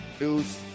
news